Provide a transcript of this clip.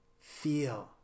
feel